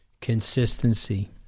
consistency